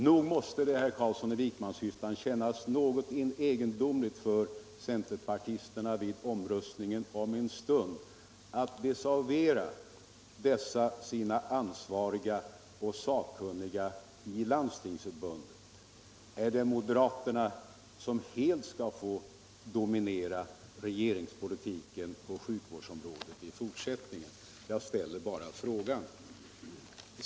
Nog måste det väl, herr Carlsson i Vikmanshyttan kännas något egendomligt för centerpartisterna om de vid omröstningen om en stund skulle desavouera dessa sina ansvariga och sakkunniga företrädare i Landstingsförbundet? Är det moderaterna som helt skall få dominera regeringspolitiken på sjukvårdsområdet i fortsättningen? Jag ställer bara frågan.